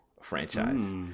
franchise